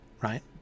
right